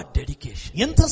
dedication